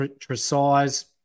Precise